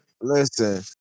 Listen